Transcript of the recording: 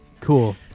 cool